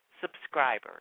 subscribers